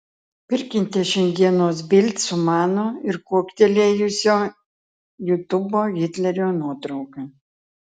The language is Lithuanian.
pirkite šiandienos bild su mano ir kuoktelėjusio jutubo hitlerio nuotrauka